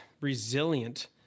resilient